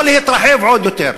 ולא להתרחב עוד יותר,